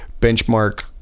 benchmark